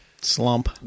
slump